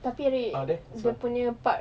tetapi wait dia punya part